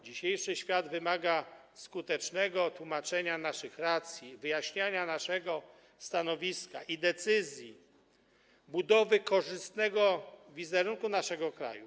Dzisiejszy świat wymaga skutecznego tłumaczenia naszych racji, wyjaśniania naszego stanowiska i decyzji budowy korzystnego wizerunku naszego kraju.